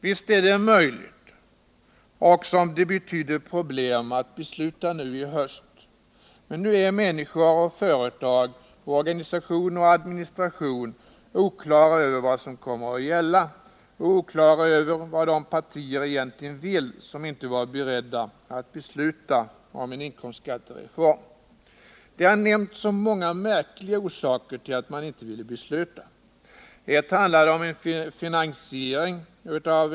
Visst är det möjligt — också om det betyder problem — att besluta om den nu i höst, men nu är människor och företag, organisationer och administration inte på det klara med vad som kommer att gälla och de har inte heller klart för sig vad de partier egentligen vill som inte var beredda att besluta om en inkomstskattereform. Det har nämnts så många märkliga orsaker till att man inte ville besluta. En orsak handlade om finansiering av en reform.